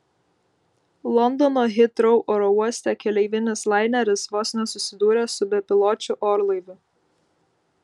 londono hitrou oro uoste keleivinis laineris vos nesusidūrė su bepiločiu orlaiviu